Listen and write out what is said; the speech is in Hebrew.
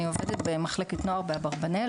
אני עובדת במחלקת נוער באברבנאל,